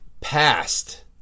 past